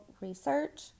research